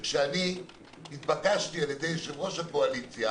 כשאני התבקשתי על-ידי יושב-ראש הקואליציה